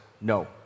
no